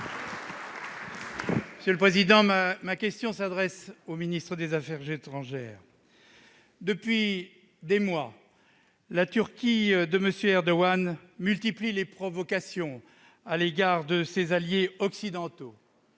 Républicains. Ma question s'adresse au ministre de l'Europe et des affaires étrangères. Depuis des mois, la Turquie de M. Erdogan multiplie les provocations à l'égard de ses alliés occidentaux